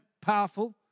powerful